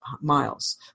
miles